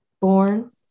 born